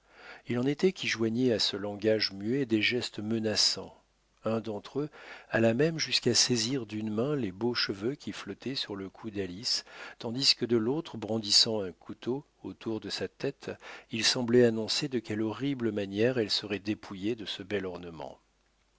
il en était qui joignaient à ce langage muet des gestes menaçants un d'entre eux alla même jusqu'à saisir d'une main les beaux cheveux qui flottaient sur le cou d'alice tandis que de l'autre brandissant un couteau autour de sa tête il semblait annoncer de quelle horrible manière elle serait dépouillée de ce bel ornement